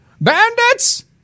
Bandits